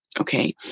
Okay